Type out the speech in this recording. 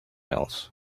else